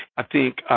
i think,